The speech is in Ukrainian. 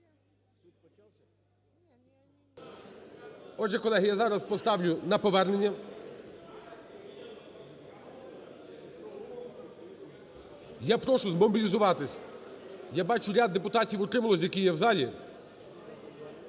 Отже, колеги, я зараз поставлю на повернення. Я прошу змобілізуватися. Я бачу ряд депутатів утрималось,